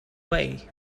way